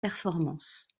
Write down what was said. performance